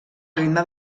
ritme